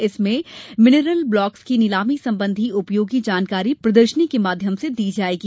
conclave में mineral blocks की नीलामी संबंधी उपयोगी जानकारी प्रदर्शनी के माध्यम से दी जायेगी